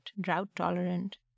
drought-tolerant